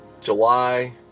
July